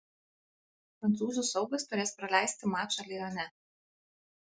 prancūzų saugas turės praleisti mačą lione